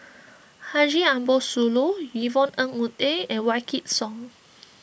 Haji Ambo Sooloh Yvonne Ng Uhde and Wykidd Song